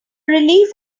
relief